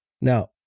Now